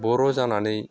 बर' जानानै